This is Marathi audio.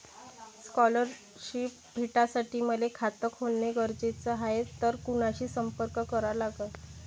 स्कॉलरशिप भेटासाठी मले खात खोलने गरजेचे हाय तर कुणाशी संपर्क करा लागन?